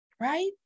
right